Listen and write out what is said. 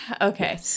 Okay